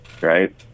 right